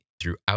throughout